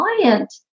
client